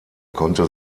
konnte